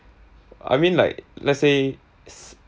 I mean like let's say s~